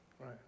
Right